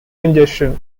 congestion